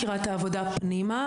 העבודה פנימה.